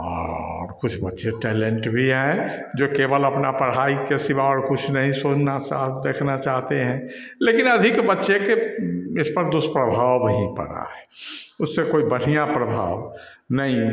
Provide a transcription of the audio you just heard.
और कुछ बच्चे टैलेंट भी आए जो केवल अपना पढ़ाई के सिवा और कुछ नहीं सुनना देखना चाहते हैं लेकिन अधिक बच्चे के इस पर दुष्प्रभाव भी पड़ा है उससे कोई बढ़िया प्रभाव नहीं